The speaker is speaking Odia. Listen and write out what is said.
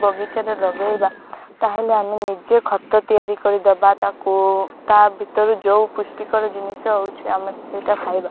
ବଗିଚାରେ ଲଗାଇବା ତାହେଲେ ଆମେ ନିଜେ ଖତ ତିଆରି କରିଦେବା ତାକୁ ତା ଭିତରୁ ଯେଉଁ ପୁଷ୍ଟିକର ଜିନିଷ ହେଉଛି ଆମେ ସେଇଟା ଖାଇବା